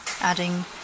adding